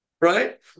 right